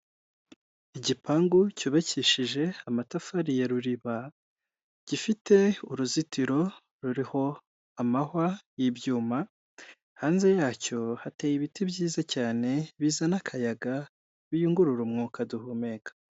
Igipangu cyubakishije amatafari ya ruriba gifite uruzitiro ruriho amahwa y'ibyuma, hanze yacyo hateye ibiti byiza cyane bizana akayaga, biyungurura umwuka duhumeka.